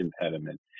impediment